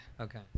Okay